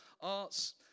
arts